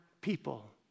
people